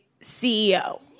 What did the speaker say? CEO